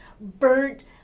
burnt